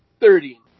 thirty